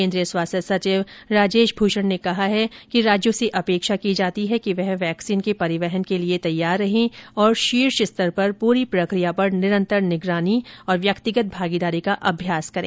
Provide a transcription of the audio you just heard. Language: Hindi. केन्द्रीय स्वास्थ्य सचिव राजेश भूषण ने कहा है कि राज्यों से अपेक्षा की जाती है कि वह वैक्सीन के परिवहन के लिए तैयार रहे और शीर्ष स्तर पर पूरी प्रक्रिया पर निरंतर निगरानी और व्यक्तिगत भागीदारी का अभ्यास करें